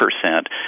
percent